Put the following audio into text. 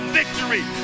victory